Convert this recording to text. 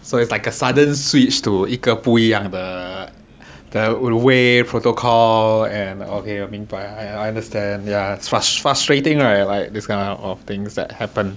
so it's like a sudden switch to 一个不一样的 then way protocol and okay 明白 I understand yeah it's frustrating this kind of things that happen